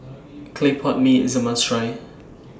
Clay Pot Mee IS A must Try